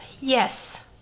Yes